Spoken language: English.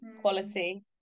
quality